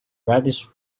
reddish